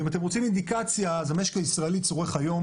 ואם אתם רוצים אינדיקציה אז המשק הישראלי צורך היום